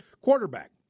Quarterback